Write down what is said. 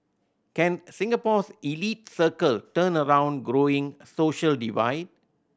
can Singapore's elite circle turn around growing social divide